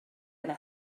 yna